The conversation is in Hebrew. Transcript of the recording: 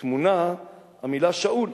טמונה המלה "שאול".